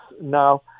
now